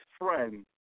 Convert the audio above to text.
friend